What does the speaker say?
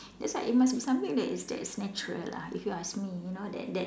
that's why it must be something that is that is natural lah if you ask me you know that that